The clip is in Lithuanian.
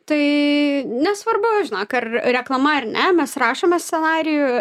tai nesvarbu žinok ar reklama ar ne mes rašomės scenarijų